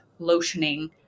lotioning